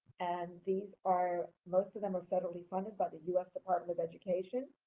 and these are most of them federally funded by the u s. department of education,